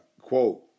quote